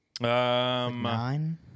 Nine